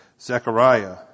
Zechariah